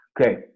Okay